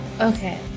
Okay